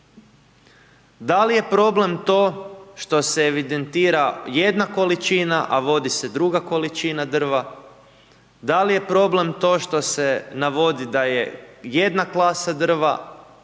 Da li je problem to što se evidentira jedna količina, a vodi se druga količina drva? Da li je problem to što se navodi da je jedna klasa drva,